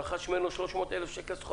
הוא רכש סחורה בסכום של 300,000 שקל,